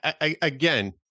Again